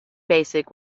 basic